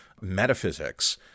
metaphysics